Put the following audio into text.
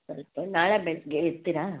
ಸ್ವಲ್ಪ ನಾಳೆ ಬೆಳಗ್ಗೆ ಇರ್ತೀರಾ